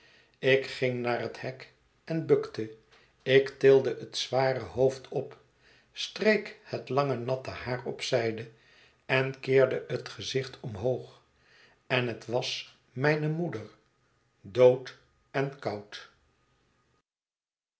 ik ging naar het hek en bukte ik tilde het zware hoofd op streek het lange natte haar op zijde en keerde het gezicht omhoog en het was mijne moeder dood en koud